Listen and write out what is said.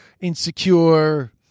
insecure